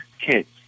kids